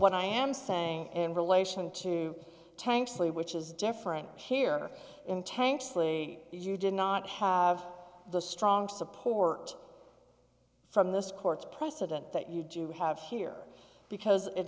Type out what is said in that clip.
what i am saying in relation to tanks which is different here in tank slate you did not have the strong support from this court's precedent that you do have here because it